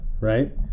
right